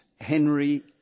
Henry